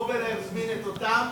להזמין את אותם